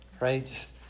Right